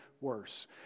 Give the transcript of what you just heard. worse